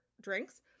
drinks